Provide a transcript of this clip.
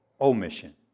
omission